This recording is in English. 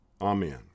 Amen